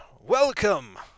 Welcome